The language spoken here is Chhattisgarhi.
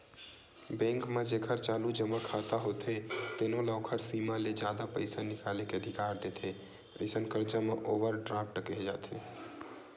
बेंक म जेखर चालू जमा खाता होथे तेनो ल ओखर सीमा ले जादा पइसा निकाले के अधिकार देथे, अइसन करजा ल ओवर ड्राफ्ट केहे जाथे